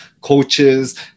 coaches